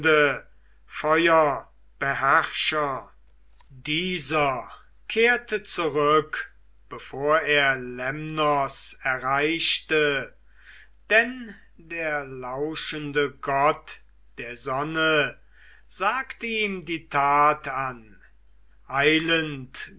feuerbeherrscher dieser kehrte zurück bevor er lemnos erreichte denn der lauschende gott der sonne sagt ihm die tat an eilend